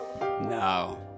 No